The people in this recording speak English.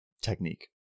technique